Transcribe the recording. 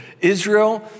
Israel